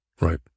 Right